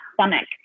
stomach